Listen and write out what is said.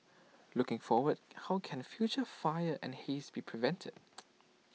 looking forward how can future fires and haze be prevented